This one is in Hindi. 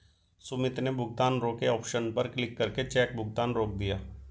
सुमित ने भुगतान रोके ऑप्शन पर क्लिक करके चेक भुगतान रोक दिया